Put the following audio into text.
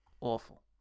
Awful